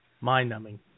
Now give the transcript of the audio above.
Mind-numbing